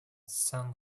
san